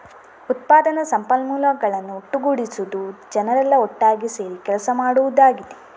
ಉತ್ಪಾದನಾ ಸಂಪನ್ಮೂಲಗಳನ್ನ ಒಟ್ಟುಗೂಡಿಸುದು ಜನರೆಲ್ಲಾ ಒಟ್ಟಾಗಿ ಸೇರಿ ಕೆಲಸ ಮಾಡುದಾಗಿದೆ